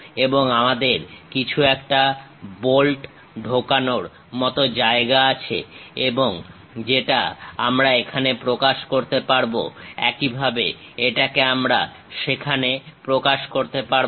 এবং আমাদের কিছু একটা বোল্ট ঢোকানোর মত জায়গা আছে যেটা আমরা এখানে প্রকাশ করতে পারবো একইভাবে এটাকে আমরা সেখানে প্রকাশ করতে পারবো